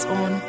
on